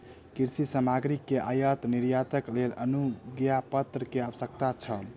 कृषि सामग्री के आयात निर्यातक लेल अनुज्ञापत्र के आवश्यकता छल